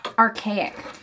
Archaic